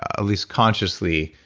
at least consciously,